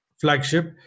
flagship